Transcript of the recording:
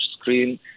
screen